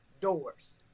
doors